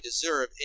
DESERVE